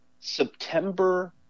September